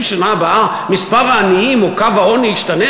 של שנה הבאה מספר העניים או קו העוני ישתנה,